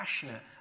passionate